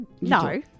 No